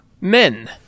Men